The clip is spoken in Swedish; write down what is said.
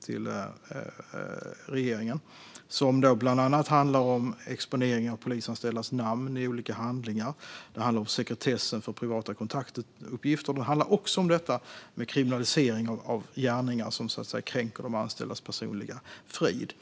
till regeringen, som bland annat handlar om exponering av polisanställdas namn i olika handlingar. Det handlar om sekretessen för privata kontaktuppgifter. Det handlar också om kriminalisering av gärningar som så att säga kränker de anställdas personliga frid.